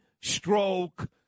Stroke